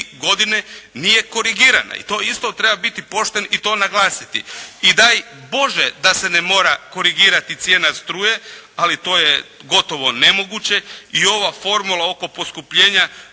godine nije korigirana i to isto treba biti pošten i to naglasiti. I daj Bože da se ne mora korigirati cijena struje, ali to je gotovo nemoguće i ova formula oko poskupljenja